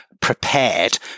prepared